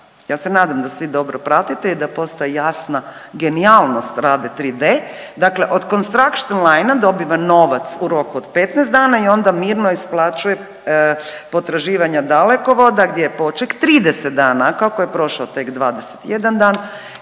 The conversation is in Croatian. Ja se nadam da svi dobro pratite i da postaje jasna genijalnost Rade 3D, dakle od Construction Line-a dobiva novac u roku od 15 dana i onda mirno isplaćuje potraživanja Dalekovoda gdje je poček 30 dana, a kako je prošao tek 21 dan